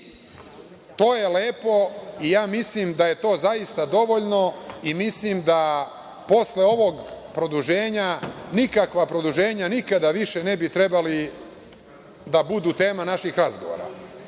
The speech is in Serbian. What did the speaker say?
je lepo i mislim da je to zaista dovoljno i mislim da posle ovog produženja nikakva produženja nikada više ne bi trebala da budu tema naših razgovora.